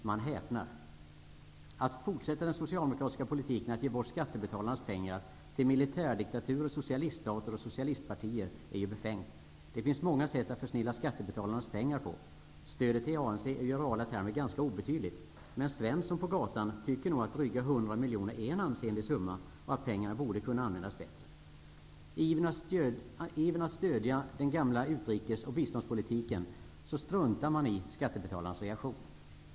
Man häpnar. Att fortsätta den socialdemokratiska politiken, som innebär att man ger bort skattebetalarnas pengar till militärdiktaturer, socialiststater och socialistpartier, är ju befängt. Det finns många sätt att försnilla skattebetalarnas pengar på. Stödet till ANC är ju i reala termer ganska obetydligt. Men Svensson på gatan tycker nog att dryga 100 miljoner är en ansenlig summa och att pengarna borde kunna användas bättre. I ivern att stödja den gamla utrikes och biståndspolitiken struntar man i skattebetalarnas reaktion.